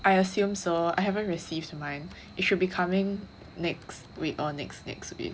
I assume so I haven't received mine it should be coming next week or next next week